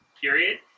period